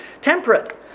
temperate